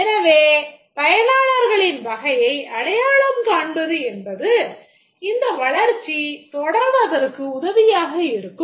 எனவே பயனாளர்களின் வகையை அடையாளம் காண்பது என்பது இந்த வளர்ச்சி தொடர்வதற்கு உதவியாக இருக்கும்